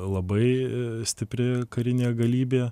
labai stipri karinė galybė